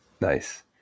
Nice